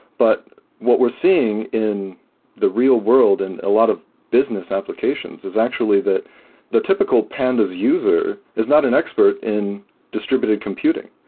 but what we're seeing in the real-world and a lot of business applications is actually that the typical pandas user is not an expert in distributed computing.